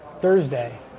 Thursday